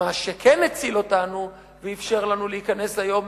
מה שכן הציל אותנו ואפשר לנו להיכנס היום